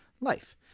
Life